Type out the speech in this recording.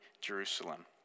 Jerusalem